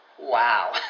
Wow